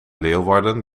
leeuwarden